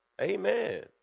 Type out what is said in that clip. Amen